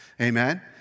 Amen